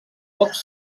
pocs